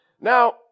Now